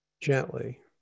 gently